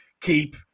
keep